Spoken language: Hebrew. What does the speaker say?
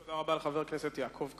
תודה רבה לחבר הכנסת יעקב כץ.